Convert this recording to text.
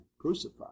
crucified